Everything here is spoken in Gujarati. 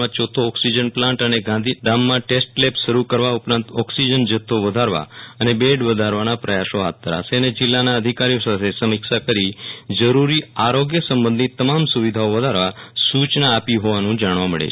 માં ચોથો ઓક્સિજન પ્લાન્ટ અને ગાંધીધામમાં નવી ટેસ્ટ લેબ શરૂ કરવા ઓક્સિજન જથ્થો જિવધારવા બેડ વધારવા પ્રયાસો હાથ ધરાશે અને જીલ્લાના અધિકારીઓ સાથે સમીક્ષા કરી જૅરૂરી આરોગ્ય સંબંધી તમામ સુવિધાઓ વધારવા સુ ચના આપી હોવાનું જાણવા મળે છે